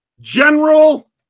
General